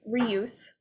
reuse